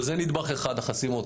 זה נדבך אחד, החסימות.